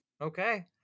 Okay